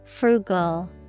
Frugal